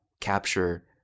capture